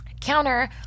counter